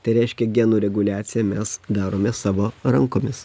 tai reiškia genų reguliaciją mes darome savo rankomis